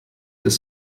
dass